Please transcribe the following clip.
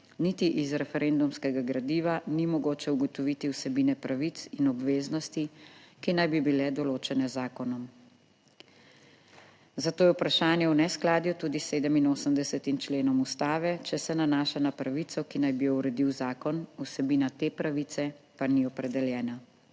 niti iz referendumskega gradiva ni mogoče ugotoviti vsebine pravic in obveznosti, ki naj bi bile določene z zakonom. Zato je vprašanje v neskladju tudi s 87. členom ustave, če se nanaša na pravico, ki naj bi jo uredil zakon, vsebina te pravice pa ni opredeljena.